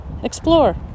Explore